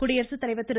குடியரசுத்தலைவர் திரு